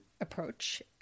approach